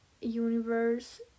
universe